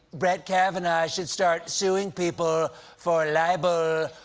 brett kavanaugh should start suing people for libel,